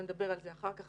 ונדבר על זה אחר כך,